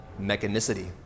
mechanicity